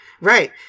Right